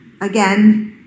Again